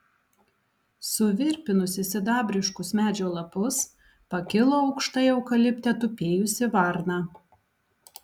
suvirpinusi sidabriškus medžio lapus pakilo aukštai eukalipte tupėjusi varna